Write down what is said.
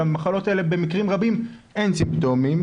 למחלות האלה במקרים רבים אין סימפטומים